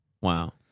Wow